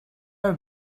are